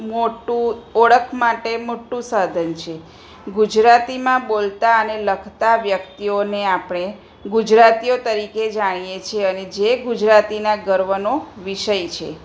મોટું ઓળખ માટે મોટું સાધન છે ગુજરાતીમાં બોલતા અને લખતા વ્યક્તિઓને આપણે ગુજરાતીઓ તરીકે જાણીએ છીએ અને જે ગુજરાતીના ગર્વનો વિષય છે